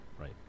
right